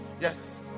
Yes